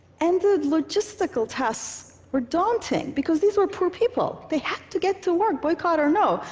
and the logistical tasks were daunting, because these were poor people. they had to get to work, boycott or no,